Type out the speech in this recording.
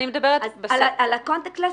על הקונטקט לס,